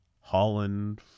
Holland